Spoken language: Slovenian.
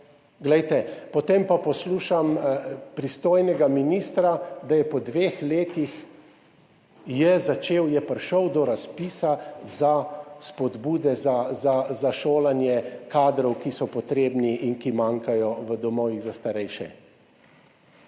Glejte, potem pa poslušam pristojnega ministra, da je po dveh letih je začel, je prišel do razpisa za spodbude za šolanje kadrov, ki so potrebni in ki manjkajo v domovih za starejše.